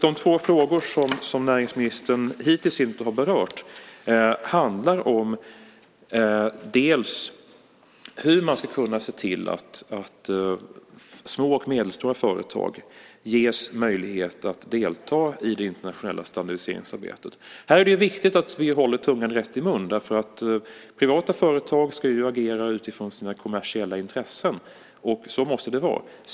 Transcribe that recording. De två frågor som näringsministern hittills inte har berört handlar bland annat om hur man ska kunna se till att små och medelstora företag ges möjlighet att delta i det internationella standardiseringsarbetet. Här är det viktigt att vi håller tungan rätt i mun, därför att privata företag ska agera utifrån sina kommersiella intressen, och så måste det vara.